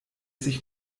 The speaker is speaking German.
sich